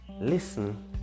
Listen